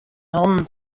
hannen